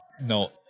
No